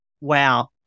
wow